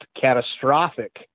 catastrophic